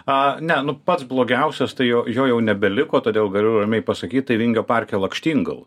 a ne nu pats blogiausias taijo jo jau nebeliko todėl galiu ramiai pasakyt tai vingio parke lakštingala